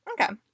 Okay